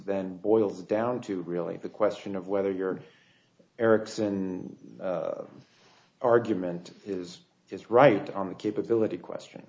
then boils down to really the question of whether your ericsson argument is is right on the capability question